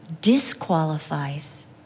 disqualifies